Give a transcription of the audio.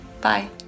bye